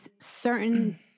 certain